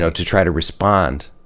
so to try to respond.